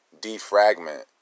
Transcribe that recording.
defragment